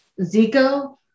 Zico